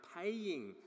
paying